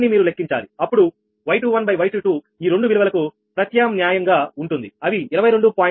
అప్పుడు 𝑌21 𝑌22 ఈ రెండు విలువలకు ప్రత్యామ్నాయంగా ఉంటుంది అవి 22